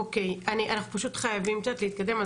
אוקיי, אנחנו פשוט חייבים קצת להתקדם.